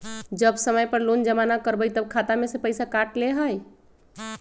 जब समय पर लोन जमा न करवई तब खाता में से पईसा काट लेहई?